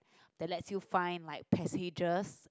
they let you find like passages